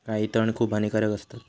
काही तण खूप हानिकारक असतत